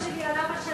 סבא מצד אמא.